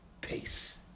Peace